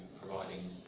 providing